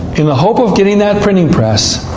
in the hope of getting that printing press,